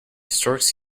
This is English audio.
storks